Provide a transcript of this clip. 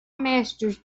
masters